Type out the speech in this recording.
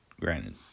granted